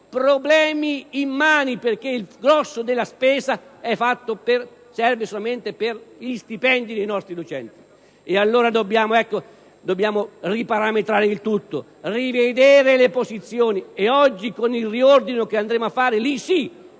problemi immani, perché il grosso della spesa serve solamente per gli stipendi dei nostri docenti. Allora, dobbiamo riparametrare tutto e rivedere le posizioni. Con il riordino che ci apprestiamo